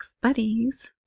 Buddies